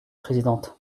présidente